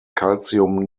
calcium